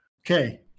Okay